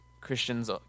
Christians